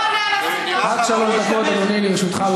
עד שלוש דקות, אדוני, לרשותך.